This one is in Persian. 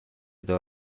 دار